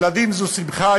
"ילדים זו שמחה,